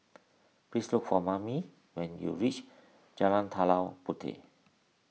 please look for Mame when you reach Jalan Tanah Puteh